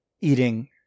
eating